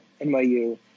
NYU